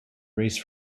race